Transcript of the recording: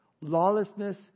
lawlessness